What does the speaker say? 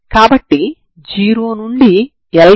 కాబట్టి ప్రాంతం అంటే ఏమిటి